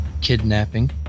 kidnapping